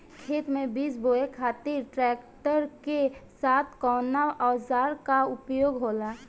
खेत में बीज बोए खातिर ट्रैक्टर के साथ कउना औजार क उपयोग होला?